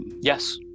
Yes